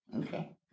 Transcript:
Okay